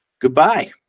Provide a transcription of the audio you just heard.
Goodbye